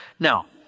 now,